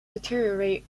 deteriorate